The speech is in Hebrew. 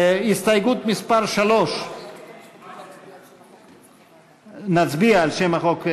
הסתייגות מס' 3. נצביע על שם החוק,